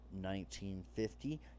1950